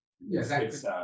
Yes